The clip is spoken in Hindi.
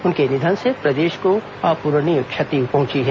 उनके निधन से प्रदेश को अपूरणीय क्षति पहुंची है